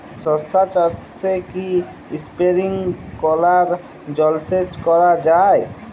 শশা চাষে কি স্প্রিঙ্কলার জলসেচ করা যায়?